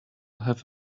have